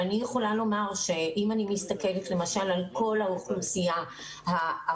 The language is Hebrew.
אני יכולה לומר שאם אני מסתכלת למשל על כל האוכלוסייה הערבית,